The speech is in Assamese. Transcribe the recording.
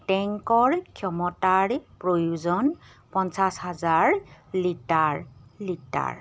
টেংকৰ ক্ষমতাৰ প্ৰয়োজন পঞ্চাশ হাজাৰ লিটাৰ লিটাৰ